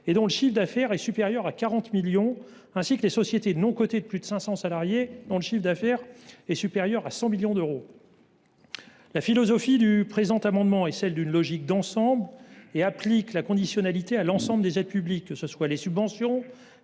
dont le chiffre d’affaires est supérieur à 40 millions d’euros, ainsi que les sociétés non cotées de plus de 500 salariés, dont le chiffre d’affaires est supérieur à 100 millions d’euros. La philosophie des auteurs du présent amendement est de suivre une logique d’ensemble en appliquant la conditionnalité à toutes les aides publiques, que ce soit les subventions,